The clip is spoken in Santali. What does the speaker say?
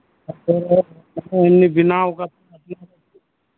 ᱵᱮᱱᱟᱣ ᱟᱠᱟᱫᱟ